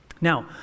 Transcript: Now